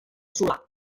solà